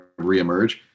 reemerge